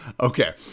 Okay